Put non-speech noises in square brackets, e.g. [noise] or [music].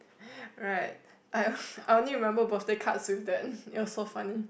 right I [laughs] I only remember postal cards with that you're so funny